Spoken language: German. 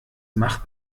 macht